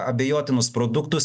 abejotinus produktus